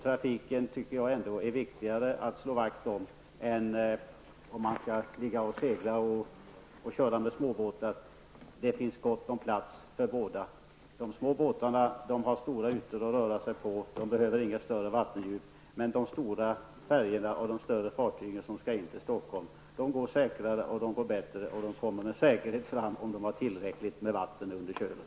Jag tycker det är viktigare att slå vakt om nyttotrafiken än att använda utrymme till att segla med småbåtar. Det finns gott om plats för båda. De små båtarna har stora ytor att röra sig på och behöver inget större vattendjup. De stora färjorna och fartygen som skall in till Stockholm går däremot säkrare och bättre och kommer med säkerhet fram om de har tillräckligt med vatten under kölen.